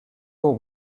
aux